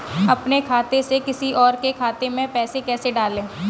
अपने खाते से किसी और के खाते में पैसे कैसे डालें?